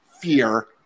fear